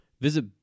Visit